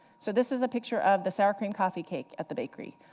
so this is a picture of the sour cream coffee cake at the bakery.